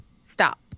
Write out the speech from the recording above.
stop